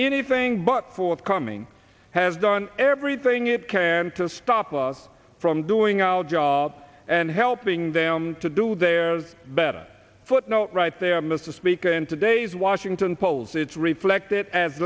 anything but forthcoming has done everything it can to stop us from doing our job and helping them to do there's better footnote right there mr speaker in today's washington polls it's reflected as